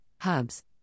Hubs